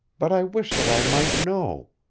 but i wish that i might know.